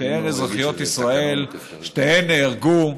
שתיהן אזרחיות ישראל, שתיהן נהרגו.